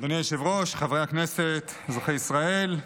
אדוני היושב-ראש, חברי הכנסת, אזרחי ישראל,